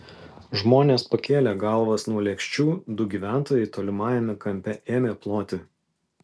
žmonės pakėlė galvas nuo lėkščių du gyventojai tolimajame kampe ėmė ploti